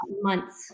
months